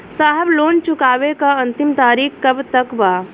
साहब लोन चुकावे क अंतिम तारीख कब तक बा?